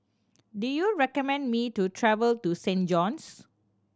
do you recommend me to travel to Saint John's